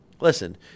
listen